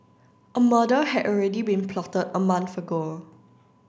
a murder had already been plotted a month ago